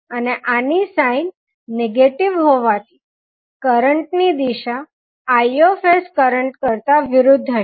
અને આની sine negative હોવાથી કરંટ ની દિશા Iકરંટ કરતાં વિરુધ્ધ હશે